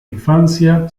infancia